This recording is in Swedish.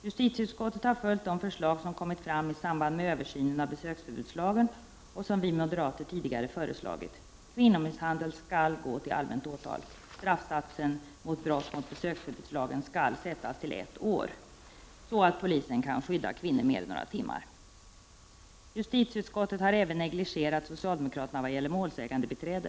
Justitieutskottet har följt de förslag som lagts fram i samband med översynen av besöksförbudsförslagen, förslag som vi moderater tidigare lagt fram. Kvinnomisshandel skall gå till allmänt åtal. Straffsatsen för brott mot besöksförbudslagen skall sättas till ett år, så att polisen kan skydda kvinnor mer än några timmar. Justitieutskottet har även negligerat socialdemokraterna vad gäller frågan om målsägandebiträde.